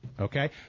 okay